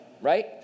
right